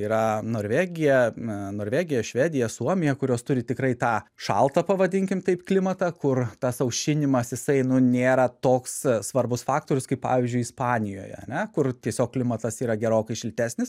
yra norvegija norvegija švedija suomija kurios turi tikrai tą šaltą pavadinkim taip klimatą kur tas aušinimas jisai nu nėra toks svarbus faktorius kaip pavyzdžiui ispanijoje ane kur tiesiog klimatas yra gerokai šiltesnis